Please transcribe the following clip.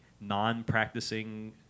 non-practicing